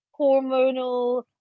hormonal